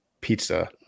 pizza